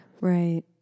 Right